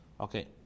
Okay